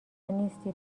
نیستی